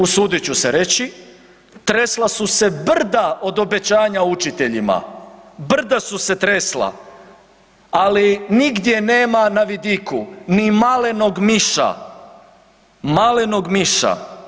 Usudit ću se reći, tresla su se brda od obećanja učiteljima, brda su se tresla, ali nigdje nema na vidiku ni malenog miša, malenog miša.